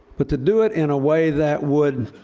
but to do it in a way that would